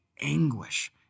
anguish